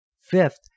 Fifth